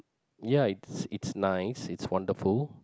ya it's nice it's wonderful